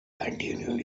continued